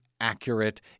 Accurate